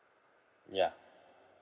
ya